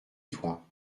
toi